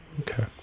Okay